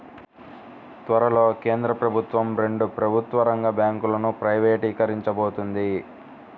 త్వరలో కేంద్ర ప్రభుత్వం రెండు ప్రభుత్వ రంగ బ్యాంకులను ప్రైవేటీకరించబోతోంది